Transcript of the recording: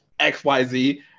xyz